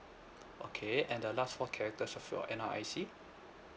okay and the last four characters of your N_R_I_C